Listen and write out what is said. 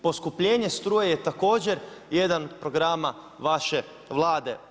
Poskupljenje struje je također jedan od programa vaše Vlade.